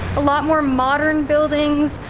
a lot more modern buildings,